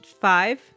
five